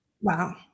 Wow